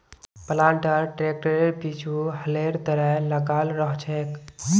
planter ट्रैक्टरेर पीछु हलेर तरह लगाल रह छेक